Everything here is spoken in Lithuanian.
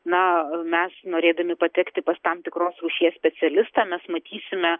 na mes norėdami patekti pas tam tikros rūšies specialistą mes matysime